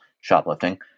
shoplifting